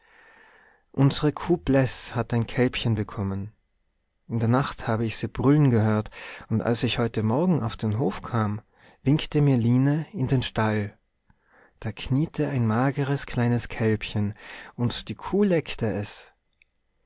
unsere kuh bleß hat ein kälbchen bekommen in der nacht habe ich sie brüllen gehört und als ich heut morgen auf den hof kam winkte mir line in den stall da kniete ein mageres kleines kälbchen und die kuh leckte es